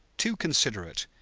too considerate,